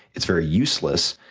it's very useless,